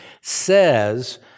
says